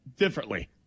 differently